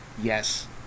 Yes